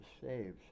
saves